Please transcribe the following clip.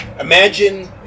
Imagine